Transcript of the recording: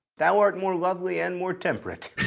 thou art more lovely and more temperate.